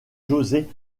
josé